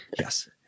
Yes